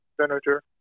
senator